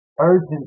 urgent